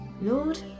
Lord